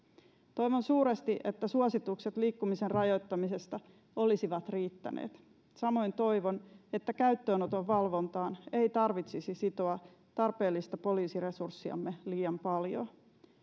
toivon suuresti että suositukset liikkumisen rajoittamisesta olisivat riittäneet samoin toivon että käyttöönoton valvontaan ei tarvitsisi sitoa tarpeellista poliisiresurssiamme liian paljon